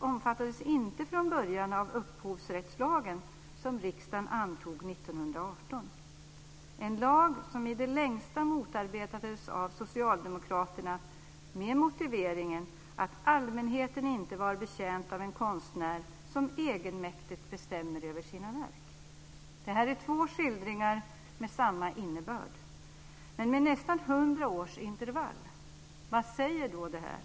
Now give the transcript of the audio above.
omfattades inte från början av upphovsrättslagen, som riksdagen antog 1918, en lag som i det längsta motarbetades av socialdemokraterna med motiveringen att allmänheten inte var betjänt av en konstnär som egenmäktigt bestämmer över sina verk. Det här är två skildringar med samma innebörd, men med nästan hundra års intervall. Vad säger då det här?